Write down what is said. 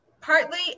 partly